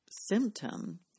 symptom